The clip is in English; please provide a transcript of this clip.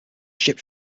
ships